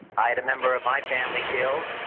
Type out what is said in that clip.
i had a member of my family killed,